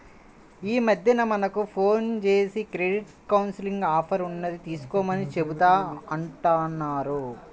యీ మద్దెన మనకు ఫోన్ జేసి క్రెడిట్ కౌన్సిలింగ్ ఆఫర్ ఉన్నది తీసుకోమని చెబుతా ఉంటన్నారు